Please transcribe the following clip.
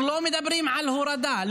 אנחנו לא מדברים על הורדה,